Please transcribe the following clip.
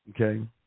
Okay